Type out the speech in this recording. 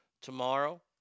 tomorrow